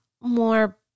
more